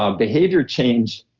um behavior change,